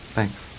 Thanks